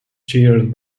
chaired